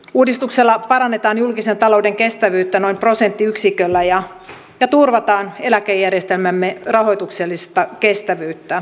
uudistuksella parannetaan julkisen talouden kestävyyttä noin prosenttiyksiköllä ja turvataan eläkejärjestelmämme rahoituksellista kestävyyttä